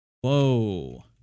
Whoa